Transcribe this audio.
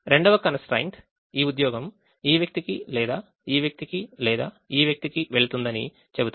రెండవ constraint ఈ ఉద్యోగం ఈ వ్యక్తికి లేదా ఈ వ్యక్తికి లేదా ఈ వ్యక్తికి వెళ్తుందని చెబుతుంది